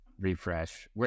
Refresh